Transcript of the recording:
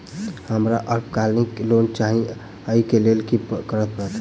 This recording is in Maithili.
हमरा अल्पकालिक लोन चाहि अई केँ लेल की करऽ पड़त?